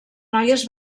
noies